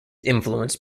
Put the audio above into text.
influenced